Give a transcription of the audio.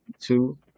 two